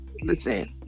listen